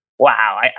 Wow